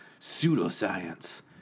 pseudoscience